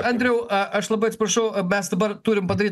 andriau a aš labai atsiprašau mes dabar turim padaryt